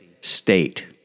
State